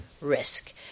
risk